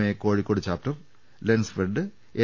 A Kozhikode chapter Lensfed N